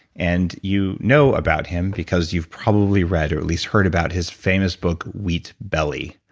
and you know about him because you've probably read or at least heard about his famous book, wheat belly.